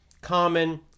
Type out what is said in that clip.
common